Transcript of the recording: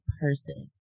person